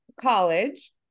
college